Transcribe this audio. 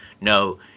no